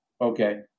Okay